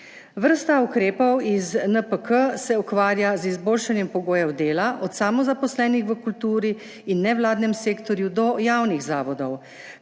Vrsta ukrepov iz NPK se ukvarja z izboljšanjem pogojev dela, od samozaposlenih v kulturi in nevladnem sektorju do javnih zavodov,